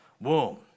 womb